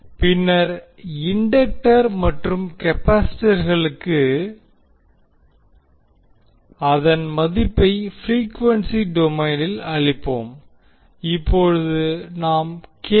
பின்னர் இண்டக்டர் மற்றும் கெப்பாசிட்டர்களுக்கு அதன் மதிப்பை ப்ரீக்வென்சி டொமைனில் அளிப்போம் இப்போது நாம் கே